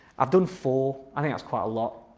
i've done four i think that's quite a lot.